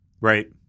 Right